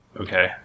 Okay